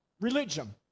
religion